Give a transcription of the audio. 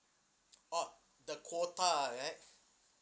orh the quota ya